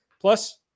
plus